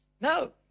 No